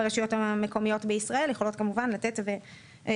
והרשויות המקומיות בישראל יכולות כמובן לתת ולקבל.